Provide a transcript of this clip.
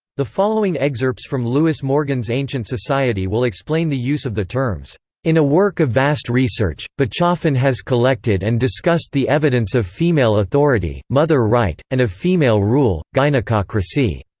the following excerpts from lewis morgan's ancient society will explain the use of the terms in a work of vast research, but bachofen has collected and discussed the evidence of female authority, mother-right, and of female rule, gynecocracy.